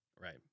Right